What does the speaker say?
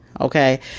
okay